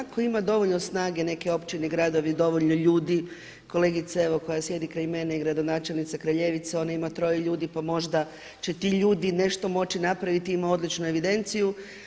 Tko ima dovoljno snage neke općine, gradovi, dovoljno ljudi kolegica evo koja sjedi kraj mene je gradonačelnica Kraljevice, ona ima troje ljudi pa možda će ti ljudi nešto moći napraviti, ima odličnu evidenciju.